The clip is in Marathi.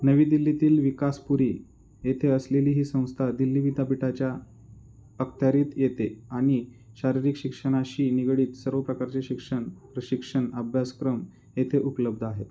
नवी दिल्लीतील विकासपुरी येथे असलेली ही संस्था दिल्ली विद्यापीठाच्या अखत्यारित येते आणि शारीरिक शिक्षणाशी निगडीत सर्व प्रकारचे शिक्षण प्रशिक्षण अभ्यासक्रम येथे उपलब्ध आहेत